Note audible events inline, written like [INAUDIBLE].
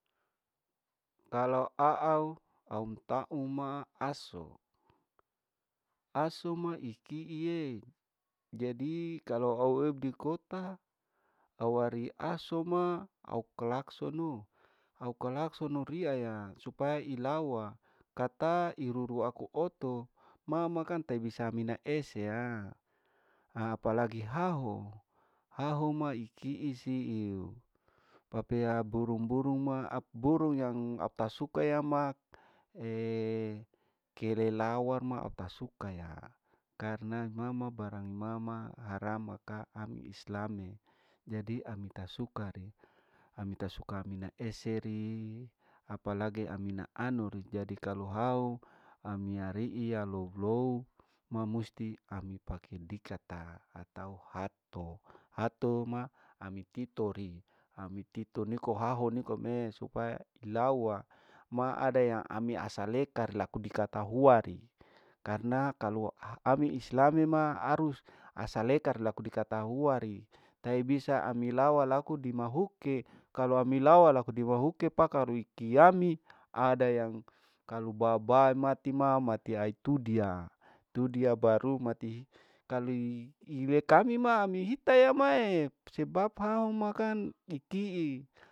Kalau aau auntauma asu, asu ma ikiie jadi kalu au ebikota au eri asuma au klaksonoo, au klasono riya ya supaya ilawa kata iruru aku oto mamakan tai bisa mina eseyaa apalagi hahu, hahu ma ikii siu, papea burung burung ma ap, burung yang au tasuka maee kelelawar [UNINTELLIGIBLE] au tasuka ya karna mama barang mama haram maka ami islami jadi ami tasuka re, ami tasuka mina ese ri, apalagi amina anu ri, jadi kalau hahu amia riiya lou lou, mamusti ami pake dikata atau hatto, hattoma ami kitori, ami kito niko hahu niko me, supaya ilawa ma ada yang ami asalekar laku dikata huari, karna kalu ami islami ma asalekar laku dikata huari tai bisa ami lawa laku dimahukke kalu ami lawa laku dimahukke paka rikiami ada yang kalu babae mati ma mati ai tudiya, tudiya baru mati kali ilekami ma ami hita ya mae sebab haho ma kan ikii.